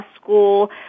School